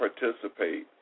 participate